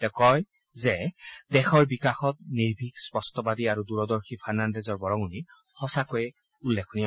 তেওঁ কয় যে দেশৰ বিকাশত নিৰ্ভীকস্পষ্টবাদী আৰু দূৰদৰ্শী ফাৰ্ণাণ্ডেজৰ বৰঙণি সচাঁকৈ উল্লেখনীয়